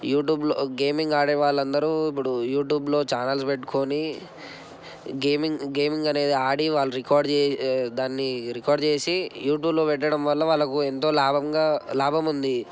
యూట్యూబ్లో గేమింగ్ ఆడే వాళ్ళు అందరు ఇప్పుడు యూట్యూబ్లో చానల్స్ పెట్టుకుని గేమింగ్ గేమింగ్ అనేది ఆడి వాళ్ళు రికార్డ్ దాన్ని రికార్డ్ చేసి యూట్యూబ్లో పెట్టడం వల్ల వాళ్ళకు ఎంతో లాభంగా లాభం ఉంది